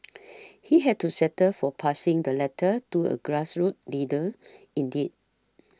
he had to settle for passing the letter to a grassroots leader indeed